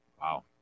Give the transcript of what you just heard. Wow